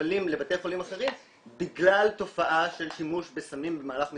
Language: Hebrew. מטופלים לבתי חולים אחרים בגלל תופעה של שימוש בסמים במהלך מסיבות.